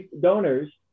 donors